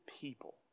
people